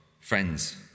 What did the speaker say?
friends